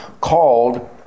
called